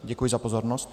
Děkuji za pozornost.